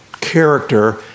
character